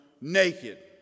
naked